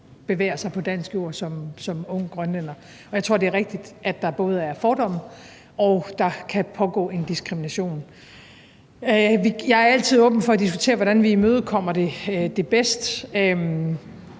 bevæger sig på dansk jord som ung grønlænder. Jeg tror, det er rigtigt, at der både er fordomme, og at der kan pågå en diskrimination. Jeg er altid åben for at diskutere, hvordan vi imødekommer det bedst.